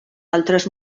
altres